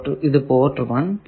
ഇത് പോർട്ട് 1